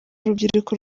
rubyiruko